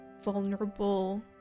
vulnerable